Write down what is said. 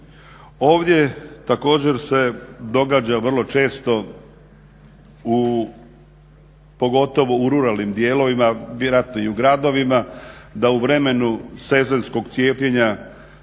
Ovdje također se događa vrlo često u, pogotovo u ruralnim dijelovima, vjerojatno i u gradovima da u vremenu sezonskog cijepljenja